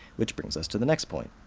which brings us to the next point.